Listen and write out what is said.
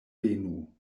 venu